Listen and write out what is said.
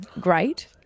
great